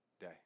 day